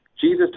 Jesus